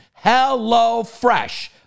HelloFresh